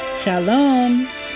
Shalom